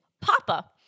Papa